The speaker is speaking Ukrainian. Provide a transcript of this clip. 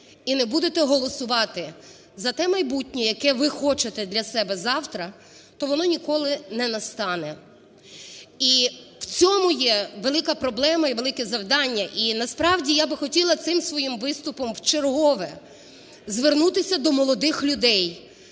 і не будете голосувати за те майбутнє, яке ви хочете для себе завтра, то воно ніколи не настане. І в цьому є велика проблема і велике завдання, і, насправді, я би хотіла цим своїм виступом вчергове звернутися до молодих людей,